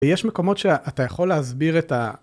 ויש מקומות שאתה יכול להסביר את ה...